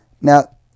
Now